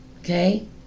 Okay